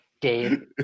Dave